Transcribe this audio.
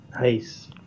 Nice